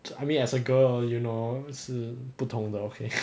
I mean as a girl you know 是不同的 okay